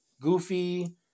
Goofy